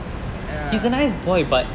ya